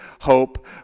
Hope